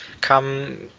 come